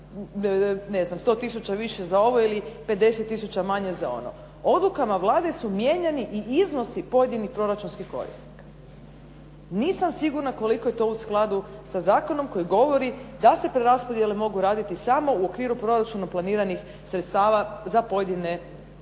ne znam 100000 više za ovo ili 50000 manje za ono. Odlukama Vlade su mijenjani i iznosi pojedinih proračunskih korisnika. Nisam sigurna koliko je to u skladu sa zakonom koji govori da se preraspodjele mogu raditi samo u okviru proračunom planiranih sredstava za pojedine rashode,